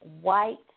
white